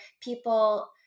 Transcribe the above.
people